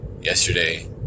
yesterday